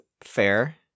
fair